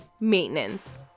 Maintenance